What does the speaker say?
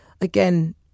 Again